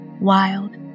wild